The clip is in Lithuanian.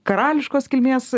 karališkos kilmės